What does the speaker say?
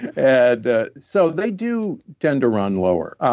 and ah so they do tend to run lower.